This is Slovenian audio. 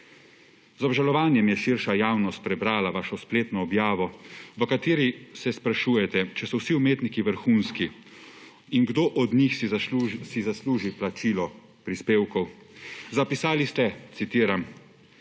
Z obžalovanjem je širša javnost prebrala vašo spletno objavo, v kateri se sprašujete, če so vsi umetniki vrhunski in kdo od njih si zasluži plačilo prispevkov. Zapisali ste, citiram: